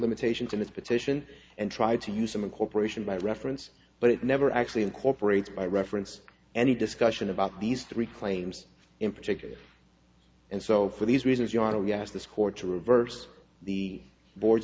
limitations in this petition and try to use them a corporation by reference but it never actually incorporates by reference any discussion about these three claims in particular and so for these reasons you are we asked the score to reverse the board